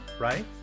right